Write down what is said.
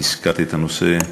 הזכרת את הנושא,